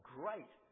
great